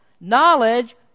Knowledge